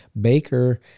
Baker